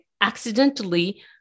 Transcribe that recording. accidentally